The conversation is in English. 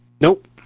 Nope